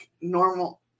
normal